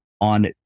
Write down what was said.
on